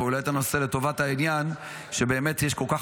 אבל הוא העלה את הנושא לטובת העניין שבאמת יש כל כך